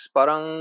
Parang